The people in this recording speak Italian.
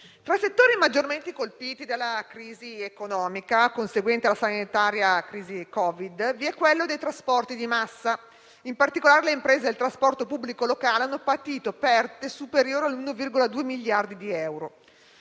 fra i settori maggiormente colpiti dalla crisi economica, conseguente alla crisi sanitaria Covid, vi è quello dei trasporti di massa. In particolare, le imprese del trasporto pubblico locale hanno patito perdite superiori a 1,2 miliardi di euro.